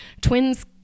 twins